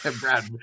Brad